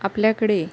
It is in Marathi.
आपल्याकडे